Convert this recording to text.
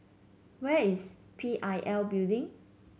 where is P I L Building